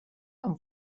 amb